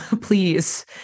please